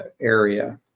area